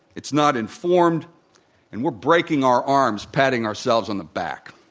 it's not informed and we're breaking our arms patting ourselves on the back.